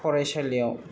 फरायसालियाव